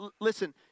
Listen